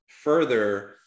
further